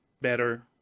better